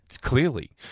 Clearly